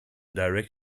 direct